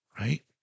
Right